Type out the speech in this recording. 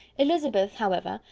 elizabeth, however,